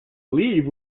leave